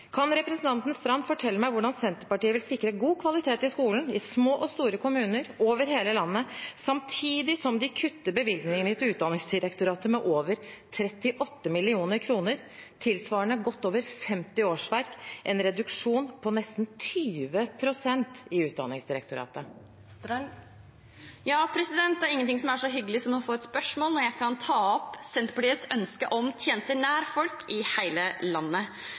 Kan representanten Knutsdatter Strand fortelle meg hvordan Senterpartiet vil sikre god kvalitet i skolen i små og store kommuner over hele landet, samtidig som de kutter bevilgningene til Utdanningsdirektoratet med over 38 mill. kr, tilsvarende godt over 50 årsverk – en reduksjon på nesten 20 pst. for Utdanningsdirektoratet? Det er ingenting som er så hyggelig som å få et spørsmål når jeg tar opp Senterpartiets ønske om tjenester nær folk i hele landet.